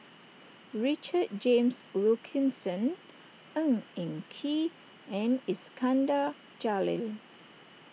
Richard James Wilkinson Ng Eng Kee and Iskandar Jalil